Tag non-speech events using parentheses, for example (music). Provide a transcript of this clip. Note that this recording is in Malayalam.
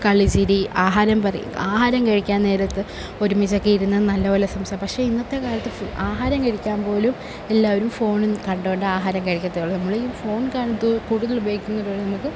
കളി ചിരി ആഹാരം ആഹാരം കഴിക്കാൻ നേരത്ത് ഒരുമിച്ചൊക്കെ ഇരുന്ന് നല്ലപോലെ (unintelligible) പക്ഷേ ഇന്നത്തെക്കാലത്ത് ആഹാരം കഴിക്കാൻ പോലും എല്ലാവരും ഫോണും കണ്ടുകൊണ്ടാഹാരം കഴിക്കത്തുള്ളൂ നമ്മളീ ഫോൺ കൂടുതലുപയോഗിക്കുന്നതു (unintelligible)